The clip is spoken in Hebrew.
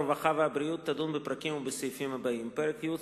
הרווחה והבריאות תדון בפרקים ובסעיפים הבאים: פרק י',